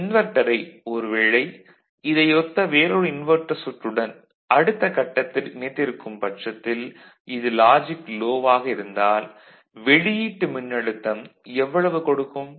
இந்த இன்வெர்ட்டரை ஒரு வேளை இதை ஒத்த வேறொரு இன்வெர்ட்டர் சற்றுடன் அடுத்த கட்டத்தில் இணைத்திருக்கும் பட்சத்தில் இது லாஜிக் லோ ஆக இருந்தால் வெளியீட்டு மின்னழுத்தம் எவ்வளவு கொடுக்கும்